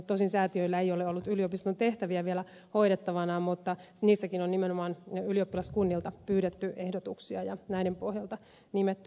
tosin säätiöillä ei ole ollut yliopiston tehtäviä vielä hoidettavanaan mutta niissäkin on nimenomaan ylioppilaskunnilta pyydetty ehdotuksia ja näiden pohjalta nimetty jäseniä